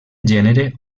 gènere